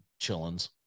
chillins